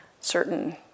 certain